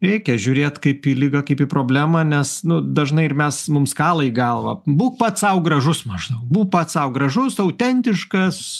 reikia žiūrėt kaip į ligą kaip į problemą nes nu dažnai ir mes mums kala į galvą būk pats sau gražus maždaug bū pats sau gražus autentiškas